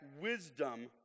wisdom